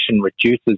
reduces